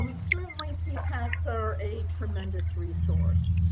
um certainly sepacs are a tremendous resource.